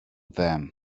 them